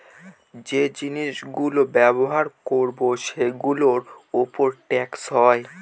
যে জিনিস গুলো ব্যবহার করবো সেগুলোর উপর ট্যাক্স হয়